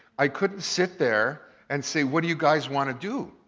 i couldn't sit there and say, what do you guys wanna do?